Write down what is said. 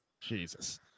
Jesus